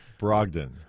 Brogdon